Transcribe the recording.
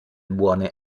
buone